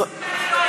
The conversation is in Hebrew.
לא הייתי,